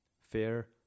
fair